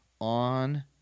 on